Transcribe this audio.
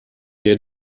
der